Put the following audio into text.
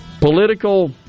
political